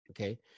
Okay